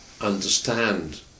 understand